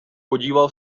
podíval